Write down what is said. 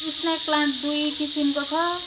snake plant दुई किसिमको छ